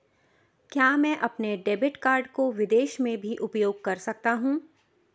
क्या मैं अपने डेबिट कार्ड को विदेश में भी उपयोग कर सकता हूं?